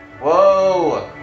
whoa